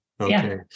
Okay